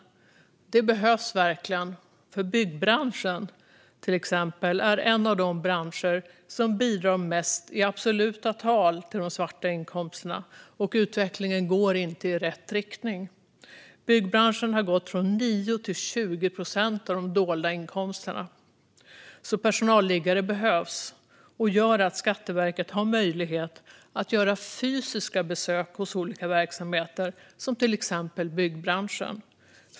Det behövs verkligen, för till exempel byggbranschen är en av de branscher som i absoluta tal bidrar mest till de svarta inkomsterna, och utvecklingen går inte i rätt riktning. Byggbranschen har gått från 9 till 20 procent av de dolda inkomsterna, så personalliggare behövs och gör att Skatteverket har möjlighet att göra fysiska besök hos olika verksamheter, till exempel byggbranschen.